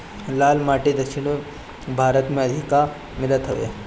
लाल माटी दक्षिण भारत में अधिका मिलत हवे